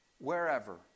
wherever